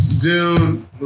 Dude